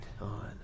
on